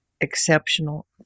exceptional